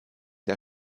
der